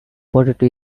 potato